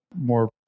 more